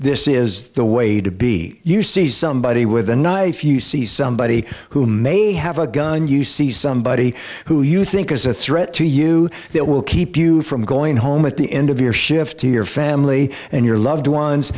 this is the way to be you see somebody with a knife you see somebody who may have a gun you see somebody who you think is a threat to you that will keep you from going home at the end of your shift to your family and your loved ones